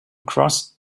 cross